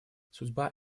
судьба